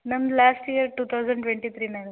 ನಮ್ದು last year two thousand twenty ತ್ರಿನಾಗ